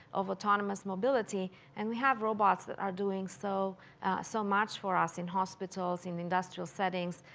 of autonomous mobility and we have robots that are doing so so much for us in hospitals, in industrial settings.